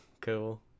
Cool